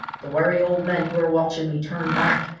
the wary old men who were watching me turned back,